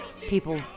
People